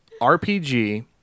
RPG